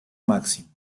máximo